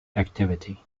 activity